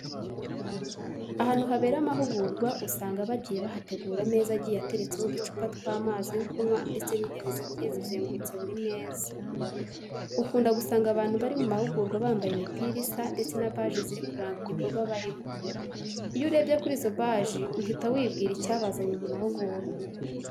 Ahantu habera amahugurwa usanga bagiye bahategura ameza agiye ateretseho uducupa tw'amazi yo kunywa ndetse n'intebe zigiye zizengurutse buri meza. Ukunda gusanga abantu bari mu mahugurwa bambaye imipira isa ndetse na baji ziri kuranga igikorwa barimo. Iyo urebye kuri izo baji uhita wibwira icyabazanye mu mahugurwa.